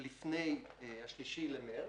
לפני ה-3 במרס,